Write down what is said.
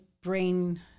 brain